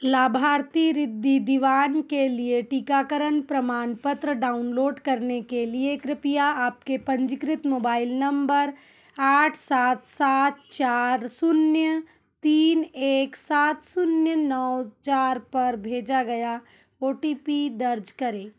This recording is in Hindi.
लाभार्थी ऋद्धि दीवान के लिए टीकाकरण प्रमाणपत्र डाउनलोड करने के लिए कृपया आपके पंजीकृत मोबाइल नंबर आठ सात सात चार शून्य तीन एक सात शून्य नो चार पर भेजा गया ओ टी पी दर्ज करें